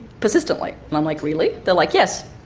persistently. i'm like, really? they're like, yes.